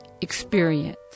experience